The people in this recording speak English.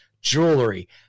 jewelry